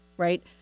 Right